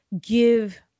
give